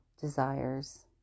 desires